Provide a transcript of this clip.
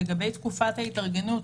לגבי תקופת ההתארגנות.